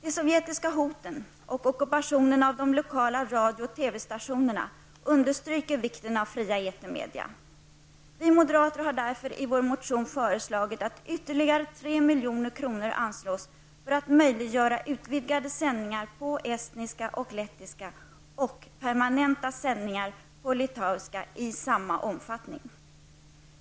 De sovjetiska hoten och ockupationen av de lokala radio och TV-stationerna understryker vikten av fria etermedia. Vi moderater har därför i vår motion föreslagit att ytterligare 3 milj.kr. anslås för att möjliggöra utvidgade sändningar på estniska och lettiska och permanenta sändningar på litauiska i samma omfattning.